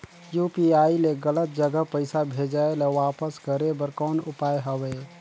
UPI ले गलत जगह पईसा भेजाय ल वापस करे बर कौन उपाय हवय?